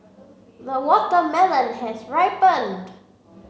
the watermelon has ripened